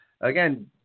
again